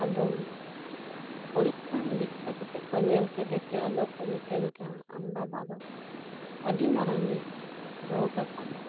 ᱟᱫᱚ ᱯᱩᱨᱤᱠᱷᱟ ᱱᱤᱨᱤᱠᱷᱟ ᱠᱟᱛᱮ ᱠᱚ ᱧᱮᱞ ᱠᱮᱫᱮ ᱛᱮ ᱠᱚ ᱢᱮᱛᱤᱧ ᱠᱟᱱᱟ ᱟᱢ ᱵᱟᱵᱟ ᱫᱚ ᱟᱹᱰᱤ ᱢᱟᱨᱟᱝ ᱮ ᱨᱳᱜᱽ ᱟᱠᱟᱱᱟ